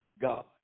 God